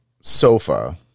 Sofa